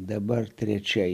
dabar trečia